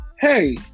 hey